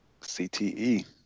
CTE